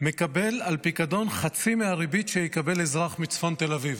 מקבל על פיקדון חצי מהריבית שיקבל אזרח מצפון תל אביב.